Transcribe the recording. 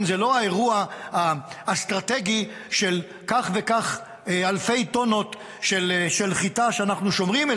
זה לא האירוע האסטרטגי של כך וכך אלפי טונות של חיטה שאנחנו שומרים,